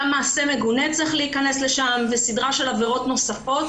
אלא גם מעשה מגונה צריך להיכנס לזה וסדרה של עבירות נוספות.